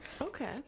Okay